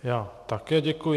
Já také děkuji.